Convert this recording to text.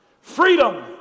Freedom